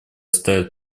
ставит